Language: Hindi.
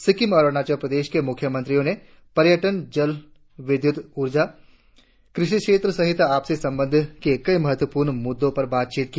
सिक्किम और अरुणाचल के मुख्यमंत्रियों ने पर्यटन जलविद्युत ऊर्जा कृषि क्षेत्र सहित आपसी संबंध के कई महत्वपूर्ण मुद्दों पर बातचीत की